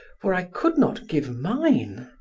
for i could not give mine.